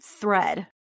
Thread